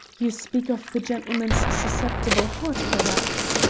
you speak of the gentleman's susceptible heart perhaps?